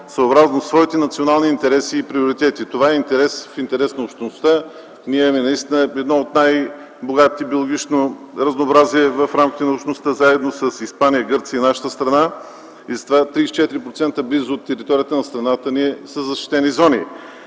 съобразно своите национални интереси и приоритети. Това е в интерес на Общността. Ние имаме едно от най-богатото биологично разнообразие в рамките на Общността, заедно с Испания, Гърция и нашата страна, и затова близо 34% от територията на страната ни е със защитени зони.